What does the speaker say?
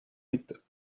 with